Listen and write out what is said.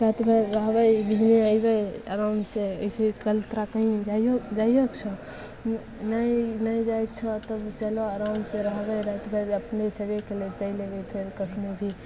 रातिमे रहबै बिहाने अइबै आरामसे अइसे कल्हुका कहीँ जाइओ जाइओके छऽ नहि नहि जाइके छऽ तब चलऽ आरामसे रहबै रातिभरि अपने छेबे करै चलि अएबै फेर कखनहु भी